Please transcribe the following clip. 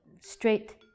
straight